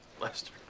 Lester